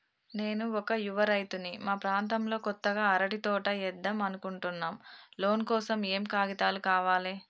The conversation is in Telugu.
నేను ఒక యువ రైతుని మా ప్రాంతంలో కొత్తగా అరటి తోట ఏద్దం అనుకుంటున్నా లోన్ కోసం ఏం ఏం కాగితాలు కావాలే?